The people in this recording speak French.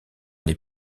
les